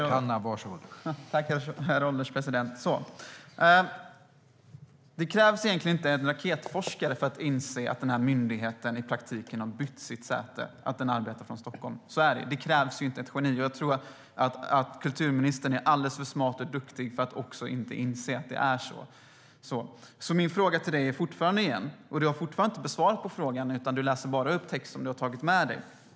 Herr ålderspresident! Det krävs inte någon raketforskare för att inse att myndigheten i praktiken har bytt sitt säte och arbetar från Stockholm. Det krävs inte ett geni för att förstå det. Jag tror att kulturministern är alldeles för smart och duktig för att inte inse att det är så. Min fråga till dig har du fortfarande inte besvarat. Du läser bara upp text som du har tagit med dig.